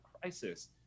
crisis